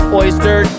oyster